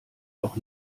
auch